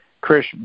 Chris